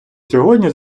сьогодні